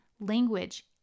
language